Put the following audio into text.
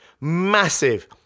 massive